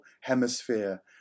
hemisphere